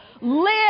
Live